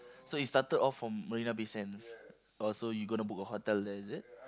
so it started off from Marina-Bay-Sands oh so you gonna book a hotel there is it